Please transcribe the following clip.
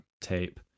tape